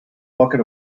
bucket